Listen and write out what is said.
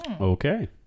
Okay